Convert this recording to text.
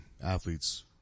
athletes